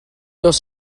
oes